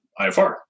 IFR